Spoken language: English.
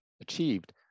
achieved